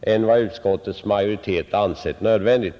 än vad utskottets majoritet ansett nödvändigt.